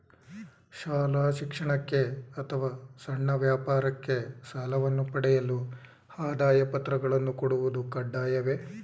ಶಾಲಾ ಶಿಕ್ಷಣಕ್ಕೆ ಅಥವಾ ಸಣ್ಣ ವ್ಯಾಪಾರಕ್ಕೆ ಸಾಲವನ್ನು ಪಡೆಯಲು ಆದಾಯ ಪತ್ರಗಳನ್ನು ಕೊಡುವುದು ಕಡ್ಡಾಯವೇ?